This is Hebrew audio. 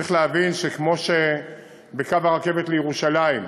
צריך להבין שכמו שבקו הרכבת לירושלים,